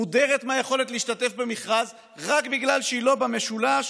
מודרת מהיכולת להשתתף במכרז רק בגלל שהיא לא במשולש